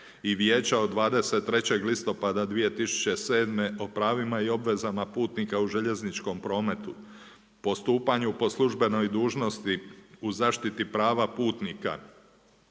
i Vijeća od 23. listopada 2007. o pravima o obvezama putnika u željezničkom prometu, postupanju po službenoj dužnosti u zaštiti prava putnika,